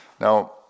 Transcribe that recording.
Now